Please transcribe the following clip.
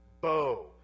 bow